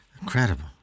Incredible